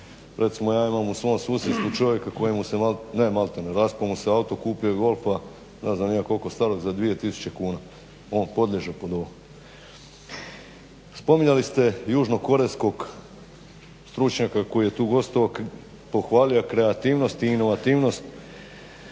Recimo ja imam u svom susjedstvu čovjeka kojemu se, ne maltene, raspao mu se auto, kupio je Golfa ne znam ni ja koliko starog za 2 tisuće kuna, on podliježe pod ovo. Spominjali ste južnokorejskog stručnjaka koji je tu gostovao, pohvalio kreativnost i inovativnost,